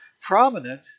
prominent